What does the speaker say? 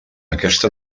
aquesta